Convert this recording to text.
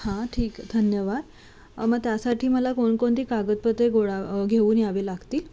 हां ठीक धन्यवाद मग त्यासाठी मला कोणकोणती कागदपत्रे गोळा घेऊन यावे लागतील